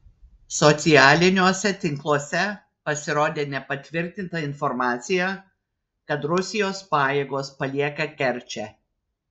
socialiniuose tinkluose pasirodė nepatvirtinta informacija kad rusijos pajėgos palieka kerčę